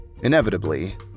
Inevitably